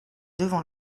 devant